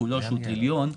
חוב של טריליון,